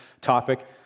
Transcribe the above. topic